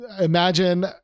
imagine